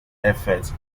effort